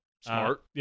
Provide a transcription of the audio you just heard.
Smart